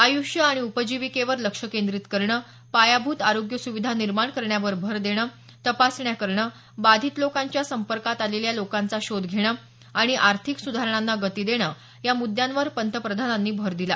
आयुष्य आणि उपजीविकावर लक्ष केंद्रीत करणं पायाभूत आरोग्य सुविधा निर्माण करण्यावर भर देणं तपासण्या करणं बाधित लोकांच्या संपर्कात आलेल्या लोकांचा शोध घेणं आणि आर्थिक सुधारणांना गती देणं या मुद्यांवर पंतप्रधानांनी भर दिला